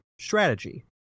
strategy